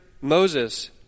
Moses